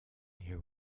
here